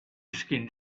skinned